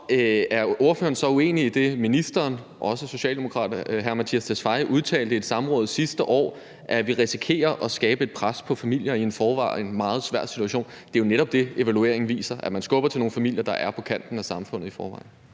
Og er ordføreren så uenig i det, ministeren, hr. Mattias Tesfaye, som også er socialdemokrat, udtalte i et samråd sidste år, nemlig at vi risikerer at skabe et pres på familier, som i forvejen er i en meget svær situation? Evalueringen viser jo netop, at man skubber til nogle familier, der er på kanten af samfundet i forvejen.